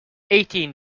eighteen